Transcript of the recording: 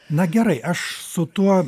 na gerai aš su tuo